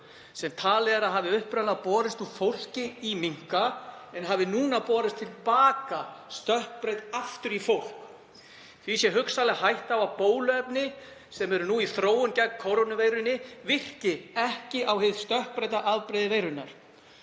sem talið er að hafi upprunalega borist úr fólki í minka en hafa nú borist til baka, stökkbreytt, aftur í fólk. Því sé hugsanleg hætta á að bóluefni sem eru nú í þróun gegn kórónuveirunni virki ekki á hið stökkbreytta afbrigði veirunnar.